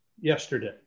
Yesterday